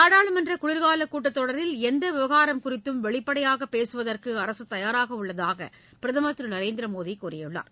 நாடாளுமன்ற குளிர்கால கூட்டத்தொடரில் எந்த விவகாரம் குறித்தும் வெளிப்படையாக பேசுவதற்கு அரசு தயாராக உள்ளதாக பிரதமர் திரு நரேந்திரமோடி கூறியுள்ளார்